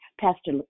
Pastor